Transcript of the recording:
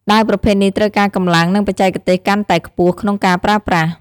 ដាវប្រភេទនេះត្រូវការកម្លាំង និងបច្ចេកទេសកាន់តែខ្ពស់ក្នុងការប្រើប្រាស់។